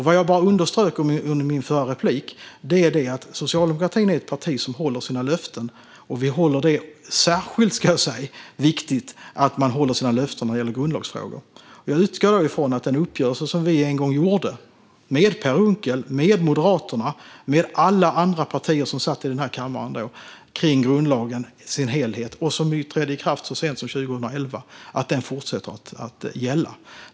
Vad jag underströk i mitt förra inlägg är att Socialdemokraterna är ett parti som håller sina löften, och jag skulle säga att det är särskilt viktigt att hålla sina löften när det gäller grundlagsfrågor. Jag utgår ifrån att den uppgörelse om grundlagen i dess helhet som vi en gång gjorde med Per Unckel, Moderaterna och alla andra partier som då satt i den här kammaren - en uppgörelse som trädde i kraft så sent som 2011 - fortsätter att gälla.